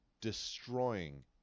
destroying